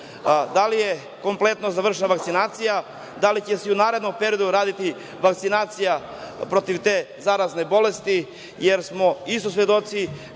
da li je kompletno završena vakcinacija, da li će se i u narednom periodu raditi vakcinacija protiv te zarazne bolesti, jer smo isto svedoci